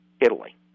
Italy